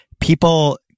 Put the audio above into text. people